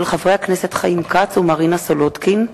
של חברי הכנסת חיים כץ ומרינה סולודקין.